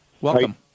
welcome